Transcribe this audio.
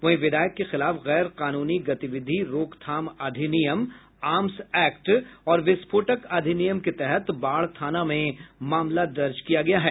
वहीं विधायक के खिलाफ गैर कानूनी गतिविधि रोक थाम अधिनियम आर्म्स एक्ट और विस्फोटक अधिनियम के तहत बाढ़ थाना में मामला दर्ज किया गया है